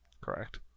Correct